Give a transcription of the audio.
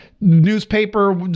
newspaper